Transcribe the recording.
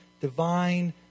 divine